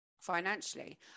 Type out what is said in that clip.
financially